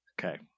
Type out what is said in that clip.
Okay